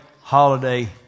holiday